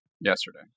yesterday